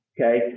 Okay